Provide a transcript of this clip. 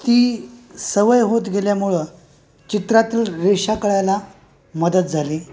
ती सवय होत गेल्यामुळं चित्रातील रेषा कळायला मदत झाली